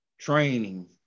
training